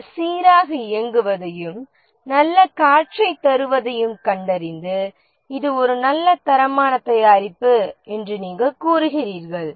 அது சீராக இயங்குவதையும் நல்ல காற்றையும் தருவதையும் கண்டறிந்தது இது ஒரு நல்ல தரமான தயாரிப்பு என்று நீங்கள் கூறுகிறீர்கள்